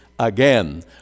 Again